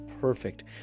perfect